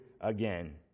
again